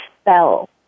spell